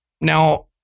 Now